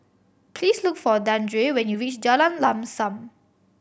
please look for Dandre when you reach Jalan Lam Sam